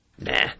Nah